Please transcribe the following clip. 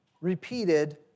repeated